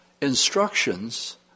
instructions